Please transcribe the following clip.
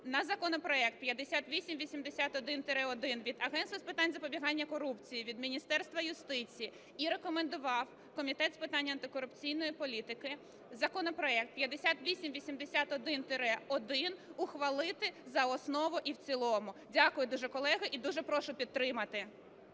на законопроект 5881-1 від Агентства з питань запобігання корупції, від Міністерства юстиції і рекомендував Комітет з питань антикорупційної політики законопроект 5881-1 ухвалити за основу і в цілому. Дякую дуже, колеги, і дуже прошу підтримати.